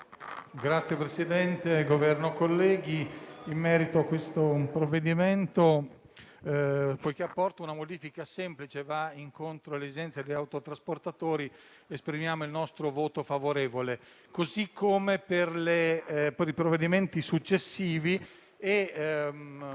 Signor Presidente, Governo, colleghi, poiché questo provvedimento apporta una modifica semplice e va incontro alle esigenze degli autotrasportatori, esprimiamo il nostro voto favorevole, così come per i provvedimenti successivi.